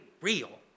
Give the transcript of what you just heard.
real